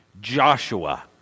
Joshua